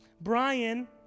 Brian